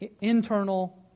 internal